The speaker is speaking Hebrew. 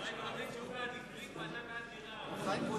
בעד אקרית ואתה בעד בירעם.